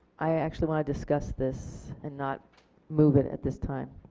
i actually want to discuss this and not move it at this time.